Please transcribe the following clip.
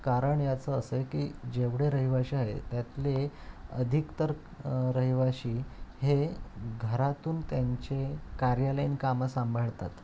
कारण याचं असं आहे की जेवढे रहिवाशी आहे त्यातले अधिकतर रहिवाशी हे घरातून त्यांचे कार्यालयीन कामं सांभाळतात